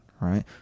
right